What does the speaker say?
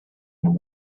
and